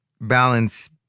balance